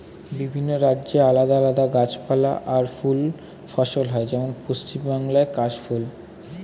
বিভিন্ন রাজ্যে আলাদা আলাদা গাছপালা আর ফুল ফসল হয়, যেমন পশ্চিম বাংলায় কাশ ফুল